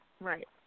Right